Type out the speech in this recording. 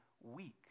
weak